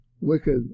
wicked